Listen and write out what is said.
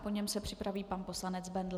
Po něm se připraví pan poslanec Bendl.